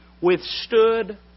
withstood